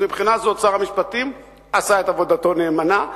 אז מבחינה זו שר המשפטים עשה את עבודתו נאמנה.